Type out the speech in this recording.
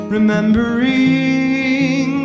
Remembering